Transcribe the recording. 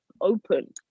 open